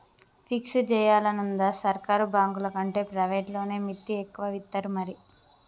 fix జేయాలనుందా, సర్కారు బాంకులకంటే ప్రైవేట్లనే మిత్తి ఎక్కువిత్తరు మరి